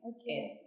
okay